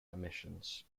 emissions